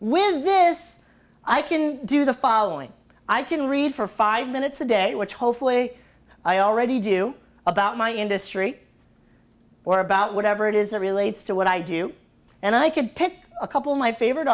with this i can do the following i can read for five minutes a day which hopefully i already do about my industry or about whatever it is or relates to what i do and i could pick a couple of my favorite